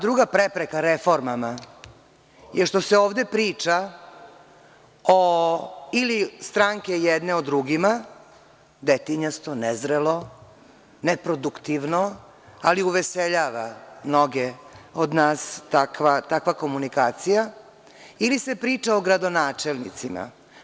Druga prepreka reformama je što se ovde priča o ili stranke jedne o drugima, detinjasto, ne zrelo, ne produktivno, ali uveseljava mnoge od nas takva komunikacija, ili se priča o gradonačelnicima.